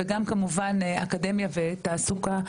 וגם כמובן אקדמיה ותעסוקה,